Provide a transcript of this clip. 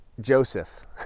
Joseph